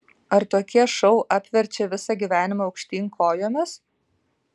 ar tokie šou apverčia visą gyvenimą aukštyn kojomis